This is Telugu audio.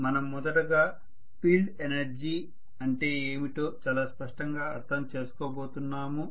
మనం మొదటగా ఫీల్డ్ ఎనర్జీ అంటే ఏమిటో చాలా స్పష్టంగా అర్థం చేసుకోబోతున్నాము